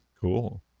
cool